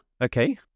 Okay